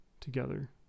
together